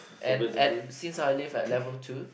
and and since I live at level two